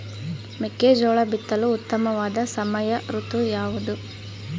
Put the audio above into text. ಮೆಕ್ಕೆಜೋಳ ಬಿತ್ತಲು ಉತ್ತಮವಾದ ಸಮಯ ಋತು ಯಾವುದು?